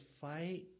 fight